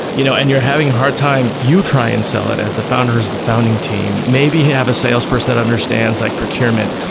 you know and you're having a hard time, you try and sell it as the founder or as the founding team. maybe you have a salesperson that understands like procurement,